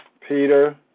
Peter